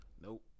Nope